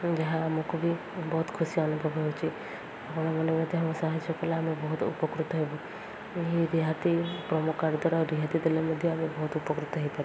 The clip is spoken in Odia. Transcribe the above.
ଯାହା ଆମକୁ ବି ବହୁତ ଖୁସି ଅନୁଭବ ହେଉଛି ଆପଣମାନେ ମଧ୍ୟ ଆମ ସାହାଯ୍ୟ କଲେ ଆମେ ବହୁତ ଉପକୃତ ହେବୁ ଏହି ରିହାତି ପ୍ରୋମୋ କାର୍ଡ଼ ଦ୍ଵାରା ରିହାତି ଦେଲେ ମଧ୍ୟ ଆମେ ବହୁତ ଉପକୃତ ହୋଇପାରୁ